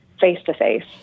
face-to-face